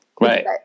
Right